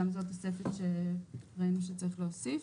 גם זו תוספת שראינו שצריך להוסיף.